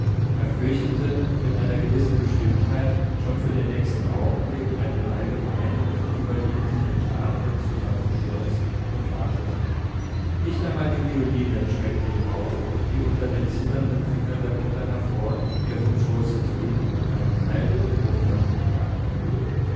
er fürchtete mit einer gewissen bestimmtheit schon für den nächsten augenblick einen allgemeinen über ihn sich entladenden zusammensturz und wartete nicht einmal die violine schreckte ihn auf die unter den zitternden fingern der mutter hervor ihr vom schoße fiel und einen hallenden ton von sich gab